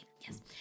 yes